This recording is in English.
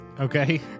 Okay